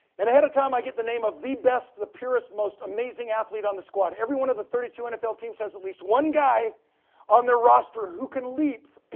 and ahead of time i get the name of the best, the purest, most amazing athlete on the squad. everyone of the thirty two nfl teams has at least one guy on their roster who can leap,